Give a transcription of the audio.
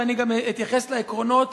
אני גם אתייחס לעקרונות